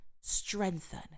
strengthen